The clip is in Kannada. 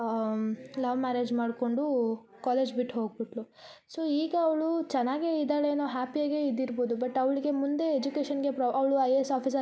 ಲವ್ ಮ್ಯಾರೇಜ್ ಮಾಡ್ಕೊಂಡು ಕಾಲೇಜ್ ಬಿಟ್ಟು ಹೋಗ್ಬಿಟ್ಟಳು ಸೊ ಈಗ ಅವಳು ಚೆನ್ನಾಗೆ ಇದಾಳೇನೊ ಹ್ಯಾಪಿಯಾಗೆ ಇದ್ದಿರ್ಬೋದು ಬಟ್ ಅವ್ಳ್ಗೆ ಮುಂದೆ ಎಜುಕೇಶನ್ಗೆ ಪ್ರಾ ಐ ಎ ಎಸ್ ಆಫೀಸರ್ ಆಗ್ಬೇಕು ಅಂತ ಕನ್ಸು ಇಟ್ಕೊಂಡೋಳು